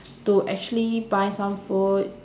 to actually buy some food